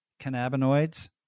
cannabinoids